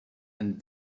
and